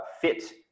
fit